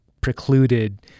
precluded